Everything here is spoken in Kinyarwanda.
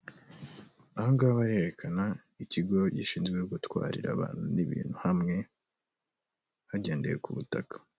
Aha ngaha barerekana ikigo gishinzwe gutwarira abantu n'ibintu hamwe hagendewe ku butaka.